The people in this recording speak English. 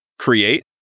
create